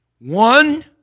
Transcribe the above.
One